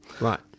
Right